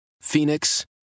Phoenix